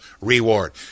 reward